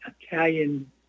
Italian